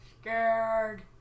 scared